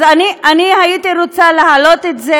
אז אני הייתי רוצה להעלות את זה,